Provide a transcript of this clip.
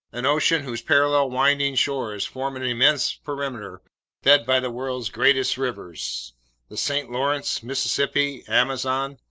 an ocean whose parallel winding shores form an immense perimeter fed by the world's greatest rivers the st. lawrence, mississippi, amazon,